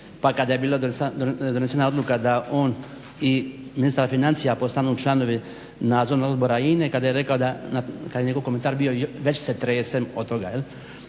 pa kada je bila donesena odluka da on i ministar financija postanu članovi Nadzornog odbora INA-e, kada je njegov komentar bio već se tresem od toga.